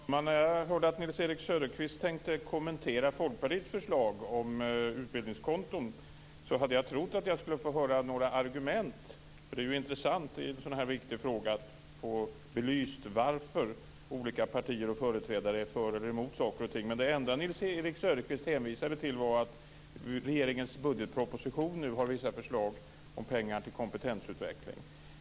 Fru talman! När jag hörde att Nils-Erik Söderqvist tänkte kommentera Folkpartiets förslag om utbildningskonton trodde jag att jag skulle få höra några argument. Det är ju intressant i en sådan här viktig fråga att få belyst varför olika partier och företrädare är för eller emot saker och ting. Men det enda Nils Erik Söderqvist hänvisade till var att regeringens budgetproposition nu har vissa förslag om pengar till kompetensutveckling.